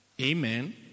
Amen